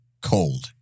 cold